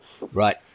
Right